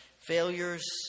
failures